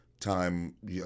time